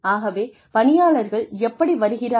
ஆகவே பணியாளர்கள் எப்படி வருகிறார்கள்